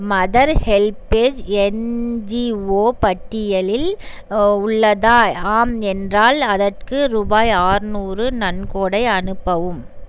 mother HelpAge NGO பட்டியலில் உள்ளதா ஆம் என்றால் அதற்கு ரூபாய் ஆறுநூறு நன்கொடை அனுப்பவும்